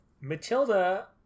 Matilda